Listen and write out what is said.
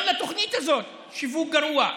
גם לתוכנית הזאת שיווק גרוע,